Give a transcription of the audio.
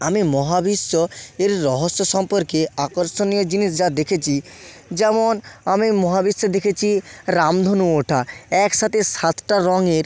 আমি মহাবিশ্ব এর রহস্য সম্পর্কে আকর্ষণীয় জিনিস যা দেখেছি যেমন আমি মহাবিশ্বে দেখেছি রামধনু ওঠা একসাথে সাতটা রঙের